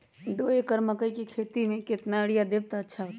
दो एकड़ मकई के खेती म केतना यूरिया देब त अच्छा होतई?